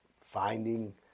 finding